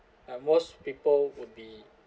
ya like most people would be